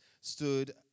stood